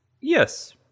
Yes